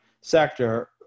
sector